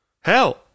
Hell